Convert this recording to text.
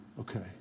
okay